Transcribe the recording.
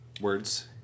Words